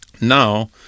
Now